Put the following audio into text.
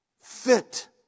fit